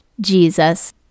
Jesus